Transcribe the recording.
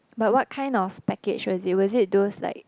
but what kind of package was it was it those like